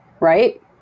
right